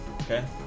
Okay